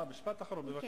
משפט אחרון, בבקשה.